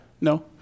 No